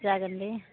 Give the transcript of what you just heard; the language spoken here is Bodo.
जागोन दे